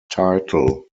title